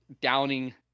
downing